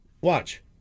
Watch